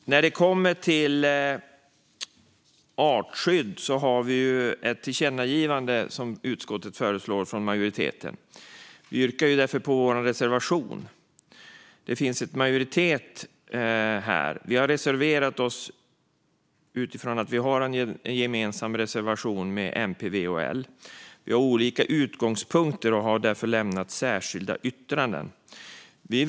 När det kommer till artskydd föreslår majoriteten i utskottet ett tillkännagivande. Vi yrkar därför bifall till vår reservation. Det finns en majoritet, men vi har reserverat oss i en gemensam reservation med MP, V och L. Vi har olika utgångspunkter och har därför lämnat särskilda yttranden.